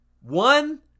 one